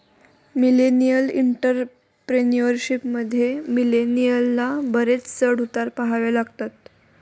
millennial entrepreneurship मध्ये, मिलेनियलना बरेच चढ उतार पहावे लागतात